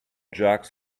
jocks